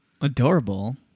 Adorable